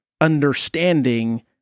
understanding